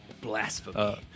Blasphemy